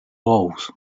walls